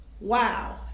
wow